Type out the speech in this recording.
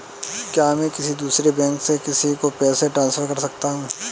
क्या मैं किसी दूसरे बैंक से किसी को पैसे ट्रांसफर कर सकता हूँ?